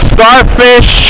Starfish